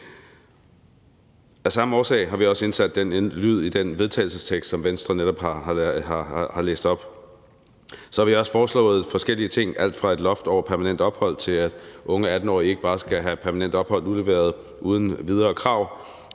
Af samme årsag har vi også indsat den ordlyd i den vedtagelsestekst, som Venstre netop har læst op. Så har vi også foreslået forskellige ting, alt fra et loft over permanent ophold, til at unge 18-årige ikke bare skal have permanent ophold uden videre krav.